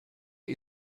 der